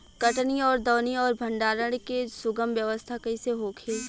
कटनी और दौनी और भंडारण के सुगम व्यवस्था कईसे होखे?